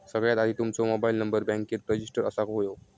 सगळ्यात आधी तुमचो मोबाईल नंबर बॅन्केत रजिस्टर असाक व्हयो